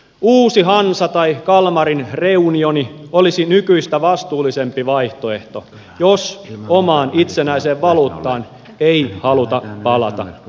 uusi hansa tai kalmarin reunioni olisi nykyistä vastuullisempi vaihtoehto jos omaan itsenäiseen valuuttaan ei haluta palata